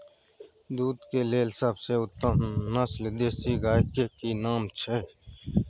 दूध के लेल सबसे उत्तम नस्ल देसी गाय के की नाम छै?